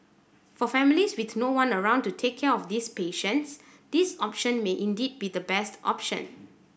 for families with no one around to take care of these patients this option may indeed be the best option